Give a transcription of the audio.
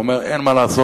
הוא אומר: אין מה לעשות,